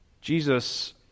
Jesus